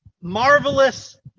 marvelous